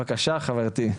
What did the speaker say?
בבקשה, חברתי.